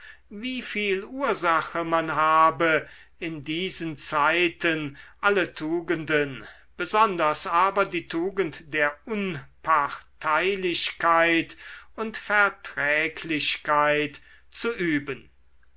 wieviel ursache man habe in diesen zeiten alle tugenden besonders aber die tugend der unparteilichkeit und verträglichkeit zu üben